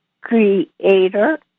Creator